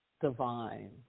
divine